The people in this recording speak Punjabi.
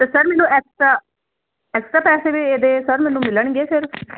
ਤੇ ਸਰ ਮੈਨੂੰ ਐਸਾ ਐਕਸਟਰਾ ਪੈਸੇ ਦੇ ਸਰ ਮੈਨੂੰ ਮਿਲਣਗੇ ਸਰ